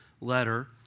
letter